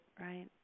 right